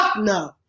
no